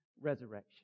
resurrection